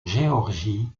géorgie